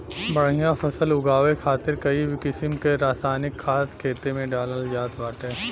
बढ़िया फसल उगावे खातिर कई किसिम क रासायनिक खाद खेते में डालल जात बाटे